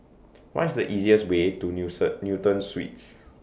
What IS The easiest Way to Newton Suites